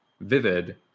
vivid